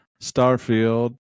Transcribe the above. Starfield